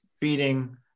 beating